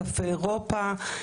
קפה אירופה,